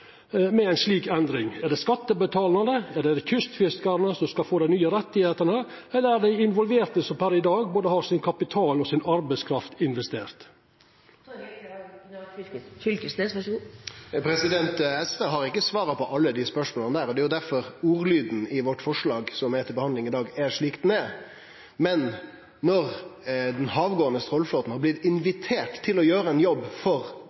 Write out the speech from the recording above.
med ei slik endring. Er det skattebetalarane eller er det kystfiskarane som skal få dei nye rettane? Eller er det dei involverte som per i dag har investert både kapitalen og arbeidskrafta si? SV har ikkje svara på alle dei spørsmåla. Difor er ordlyden i forslaget vårt som er til behandling i dag, slik han er. Når den havgåande trålarflåten har blitt invitert til å gjere ein jobb for